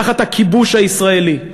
תחת "הכיבוש" הישראלי,